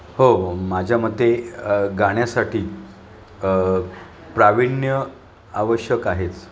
हो माझ्या मते गाण्यासाठी प्राविण्य आवश्यक आहेच